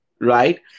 right